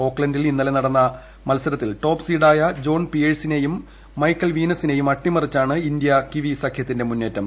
ഔക്ലൻഡിൽ ഇന്നലെ രാത്രി നടന്ന മത്സരത്തിൽ ടോപ് സീഡായ ജോൺപ്പിട്യ്ഴ്സിനെയും മൈക്കൽ വീനസിനെയും അട്ടിമറിച്ചാണ് ഇന്ത്യ ക്ടിവി ്സൂഖ്യത്തിന്റെ മുന്നേറ്റം